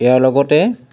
ইয়াৰ লগতে